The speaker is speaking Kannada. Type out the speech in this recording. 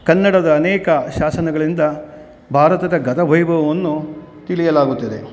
ಕನ್ನಡದ ಅನೇಕ ಶಾಸನಗಳಿಂದ ಭಾರತದ ಗತ ವೈಭವವನ್ನು ತಿಳಿಯಲಾಗುತ್ತದೆ